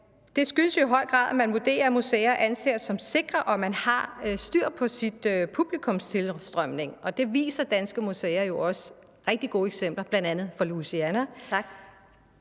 Det skyldes jo i høj grad, at man vurderer, at museer er sikre, og at man har styr på publikumstilstrømningen, og det viser danske museer også rigtig gode eksempler på, bl.a. Louisiana.